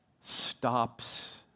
stops